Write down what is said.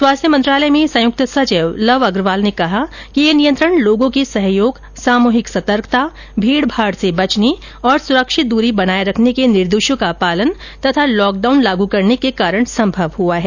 स्वास्थ्य मंत्रालय में संयुक्त सचिव लव अग्रवाल ने कहा है कि यह नियंत्रण लोगों के सहयोग सामूहिक सतर्कता भीड़ भाड़ से बचने और सुरक्षित दूरी बनाए रखने के निर्देशों का पालन तथा लॉकडाउन लागू करने के कारण संभव हुआ है